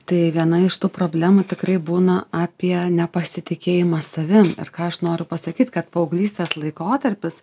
tai viena iš tų problemų tikrai būna apie nepasitikėjimą savim ir ką aš noriu pasakyt kad paauglystės laikotarpis